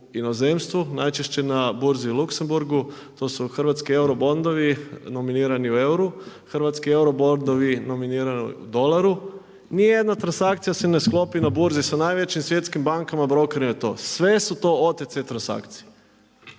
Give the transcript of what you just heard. najčešće na burzi u Luxembourgu to su hrvatski euro bordovi nominirani u euru, hrvatski euro bordovi nominirani u dolaru, nijedna transakcija se ne sklopi na burzi sa najvećim svjetskim bankama, … sve su to to OTC transakcije.